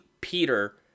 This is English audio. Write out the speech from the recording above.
Peter